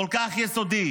כל כך יסודי,